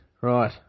Right